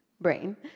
brain